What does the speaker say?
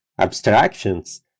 abstractions